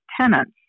tenants